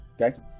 okay